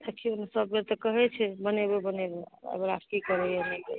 देखियौ ने सबके तऽ कहै छै बनेबै बनेबै एहि बेरा की करैया नहि करैया